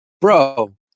Bro